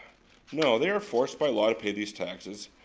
no, they are forced by law to pay these taxes.